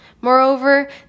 Moreover